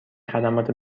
خدمات